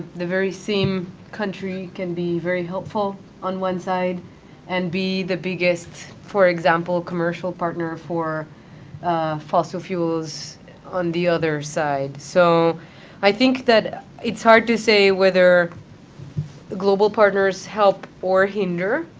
the very same country can be very helpful on one side and be the biggest, for example, commercial partner for fossil fuels on the other side. so i think that it's hard to say whether the global partners help or hinder.